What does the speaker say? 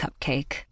Cupcake